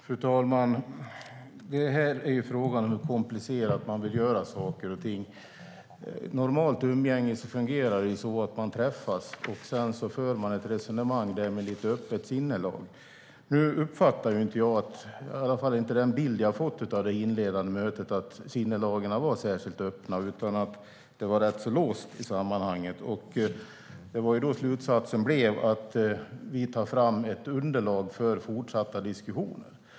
Fru talman! Det här handlar om hur komplicerade man vill göra saker och ting. I normalt umgänge fungerar det ju så att man träffas och för ett resonemang med ett öppet sinnelag. Den bild jag fick av det inledande mötet var inte att sinnelagen var särskilt öppna, utan det var rätt låst. Slutsatsen blev därför att vi tar fram ett underlag för fortsatta diskussioner.